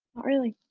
really.